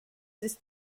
ist